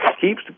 keeps